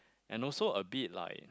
and also a bit like